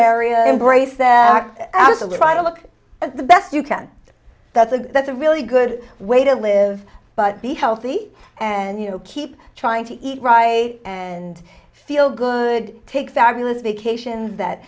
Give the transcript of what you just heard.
embrace that absolute right to look at the best you can that's a that's a really good way to live but be healthy and you know keep trying to eat right and feel good take fabulous vacations that